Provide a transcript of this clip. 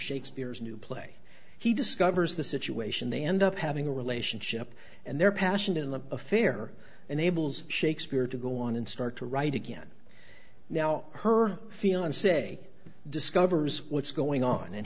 shakespeare's new play he discovers the situation they end up having a relationship and their passion in the affair unable shakespear to go on and start to write again now her fiance discovers what's going on and